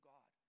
God